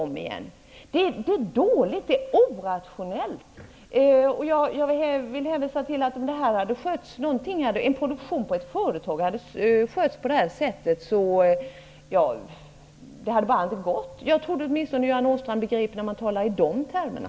Det är en dålig och orationell ordning. Att på det sättet sköta produktionen på ett företag skulle bara inte vara möjligt. Jag trodde att Göran Åstrand skulle begripa detta, åtminstone när det uttrycks i de termerna.